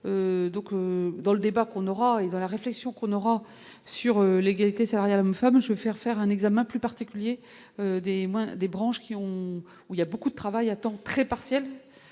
donc dans le débat qu'on aura dans la réflexion qu'on aura sur l'égalité salariale hommes-femmes se faire faire un examen plus particulier, des moyens, des branches qui ont où il y a beaucoup de travail à temps très partiel,